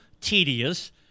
tedious